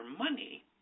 money